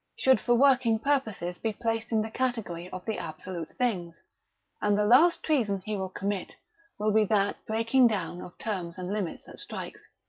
should for working purposes be placed in the category of the absolute things and the last treason he will commit will be that breaking down of terms and limits that strikes,